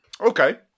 Okay